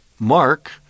Mark